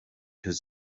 his